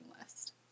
list